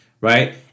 right